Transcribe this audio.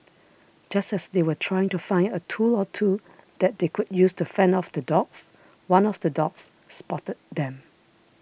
just as they were trying to find a tool or two that they could use to fend off the dogs one of the dogs spotted them